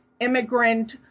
immigrant